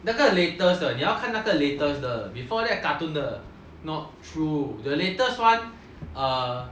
那个 latest 的你要看那个 latest 的 before that cartoon 的 not true the latest one err